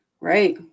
Right